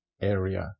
area